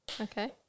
Okay